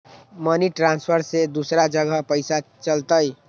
Money transfer से दूसरा जगह पईसा चलतई?